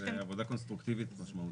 זו עבודה קונסטרוקטיבית משמעותית.